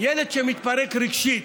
ילד שמתפרק רגשית,